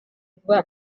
vuba